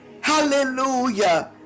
Hallelujah